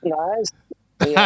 nice